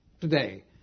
today